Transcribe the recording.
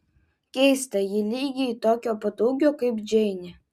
keista ji lygiai tokio pat ūgio kaip džeinė